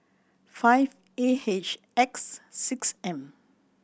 five A H X six M